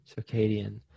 Circadian